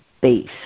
base